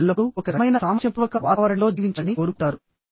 వారు ఎల్లప్పుడూ ఒక రకమైన సామరస్యపూర్వక వాతావరణంలో జీవించాలని కోరుకుంటారు